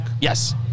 Yes